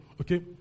Okay